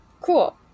Cool